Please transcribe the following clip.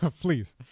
Please